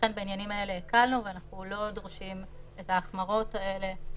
ולכן בעניינים האלה הקלנו ואנחנו לא דורשים את ההחמרות האלה.